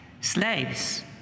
slaves